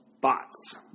Bots